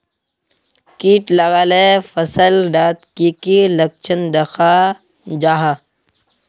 किट लगाले फसल डात की की लक्षण दखा जहा?